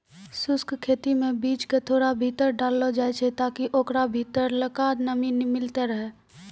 शुष्क खेती मे बीज क थोड़ा भीतर डाललो जाय छै ताकि ओकरा भीतरलका नमी मिलतै रहे